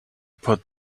put